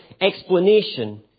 explanation